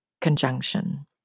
conjunction